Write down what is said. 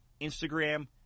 Instagram